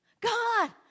God